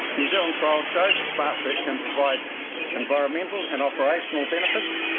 new zealand trials show that smartfert can provide environmental and operational benefits,